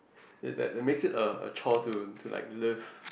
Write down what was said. it that that makes it a a chore to like live